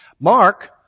Mark